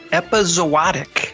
epizootic